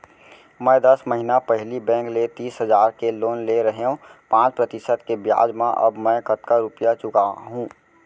मैं दस महिना पहिली बैंक ले तीस हजार के लोन ले रहेंव पाँच प्रतिशत के ब्याज म अब मैं कतका रुपिया चुका हूँ?